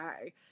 Okay